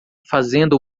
fazendo